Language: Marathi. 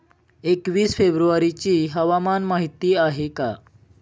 एकवीस फेब्रुवारीची हवामान माहिती आहे का?